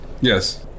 Yes